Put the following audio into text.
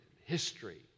history